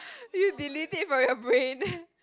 you delete it from your brain